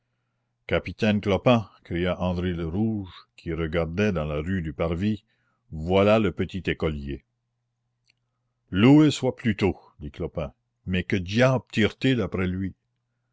capitaine clopin cria andry le rouge qui regardait dans la rue du parvis voilà le petit écolier loué soit pluto dit clopin mais que diable tire t il après lui